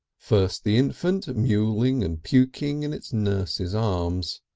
first the infant, mewling and puking in its nurse's arms.